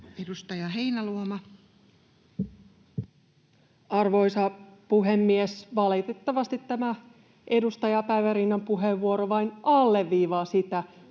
Content: Arvoisa puhemies! Valitettavasti tämä edustaja Päivärinnan puheenvuoro vain alleviivaa sitä,